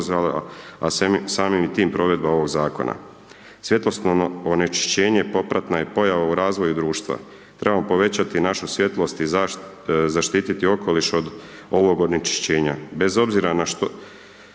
a samim tim provedba ovog Zakona. Svjetlosno onečišćenje popratna je pojava u razvoju društva. Trebamo povećati našu svjetlost i zaštititi okoliš od ovog onečišćenja